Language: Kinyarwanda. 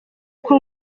kuko